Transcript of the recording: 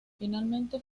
finalmente